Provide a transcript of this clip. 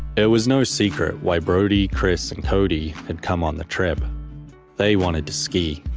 it was no secret why brody, chris and cody had come on the trip they wanted to ski.